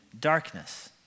darkness